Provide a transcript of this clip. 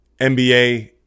NBA